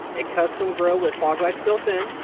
a custom grill with fog lights built in.